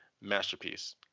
Masterpiece